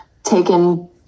taken